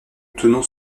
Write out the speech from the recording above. tenons